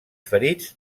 ferits